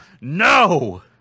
no